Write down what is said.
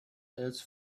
its